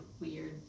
weird